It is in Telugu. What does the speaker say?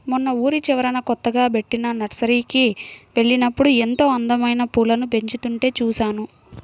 మొన్న ఊరి చివరన కొత్తగా బెట్టిన నర్సరీకి వెళ్ళినప్పుడు ఎంతో అందమైన పూలను పెంచుతుంటే చూశాను